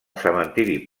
cementiri